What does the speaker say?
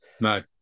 No